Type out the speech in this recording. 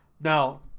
Now